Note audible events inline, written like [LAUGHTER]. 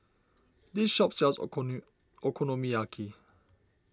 this shop sells [UNINTELLIGIBLE] Okonomiyaki